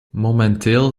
momenteel